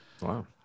Wow